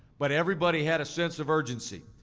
but everybody had a sense of urgency.